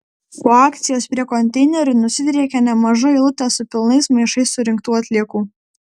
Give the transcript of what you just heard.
po akcijos prie konteinerių nusidriekė nemaža eilutė su pilnais maišais surinktų atliekų